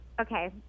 Okay